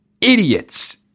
idiots